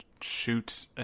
Shoot